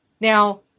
Now